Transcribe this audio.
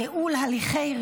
ענישה ודרכי טיפול)